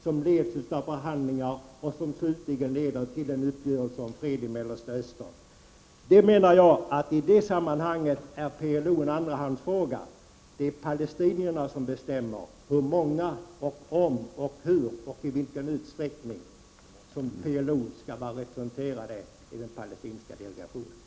Härefter skall följa förhandlingar, som slutligen skall leda till en uppgörelse om fred i Mellanöstern. Jag menar att PLO i det sammanhanget är en andrahandsfråga. Det är palestinierna som bestämmer om, hur och med hur många som PLO skall vara representerade i den palestinska delegationen.